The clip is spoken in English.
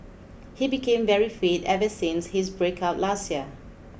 he became very fit ever since his breakup last year